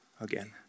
again